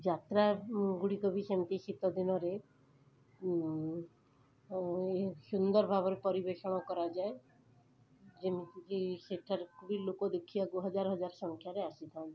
ଯାତ୍ରାଗୁଡ଼ିକ ବି ସେମିତି ଶୀତଦିନରେ ସୁନ୍ଦର ଭାବରେ ପରିବେଷଣ କରାଯାଏ ଯେମିତିକି ସେଠାକୁ ବି ଲୋକ ଦେଖିବାକୁ ହଜାରହଜାର ସଂଖ୍ୟାରେ ଆସିଥାନ୍ତି